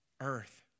earth